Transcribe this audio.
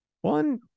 One